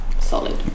solid